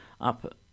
up